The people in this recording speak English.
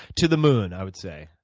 to the moon, i would say.